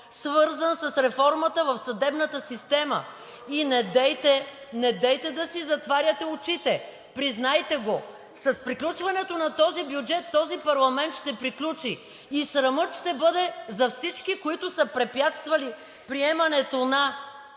свързан с реформата в съдебната система. И недейте да си затваряте очите, признайте го! С приключването на този бюджет този парламент ще приключи и срамът ще бъде за всички, които са препятствали приемането на